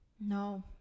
No